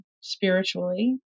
spiritually